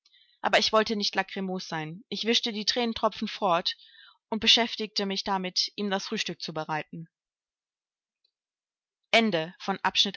aber ich wollte nicht lachrymos sein ich wischte die thränentropfen fort und beschäftigte mich damit ihm das frühstück zu bereiten